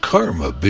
Karma